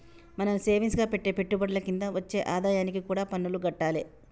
మనం సేవింగ్స్ గా పెట్టే పెట్టుబడుల కింద వచ్చే ఆదాయానికి కూడా పన్నులు గట్టాలే